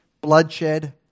bloodshed